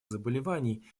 заболеваний